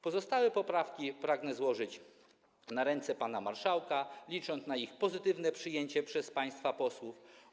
Pozostałe poprawki pragnę złożyć na ręce pana marszałka, licząc na ich pozytywne przyjęcie przez państwa posłów.